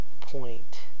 point